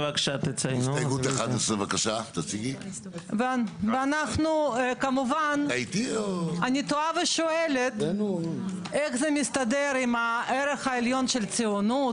הסתייגות 11. אני תוהה ושואלת איך זה מסתדר עם הערך העליון של הציונות.